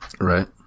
Right